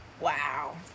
wow